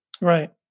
Right